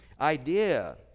idea